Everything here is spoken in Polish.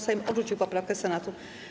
Sejm odrzucił poprawkę Senatu.